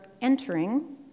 entering